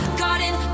garden